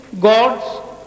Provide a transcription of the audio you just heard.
God's